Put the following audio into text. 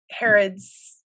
herod's